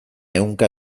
ehunka